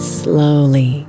slowly